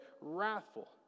wrathful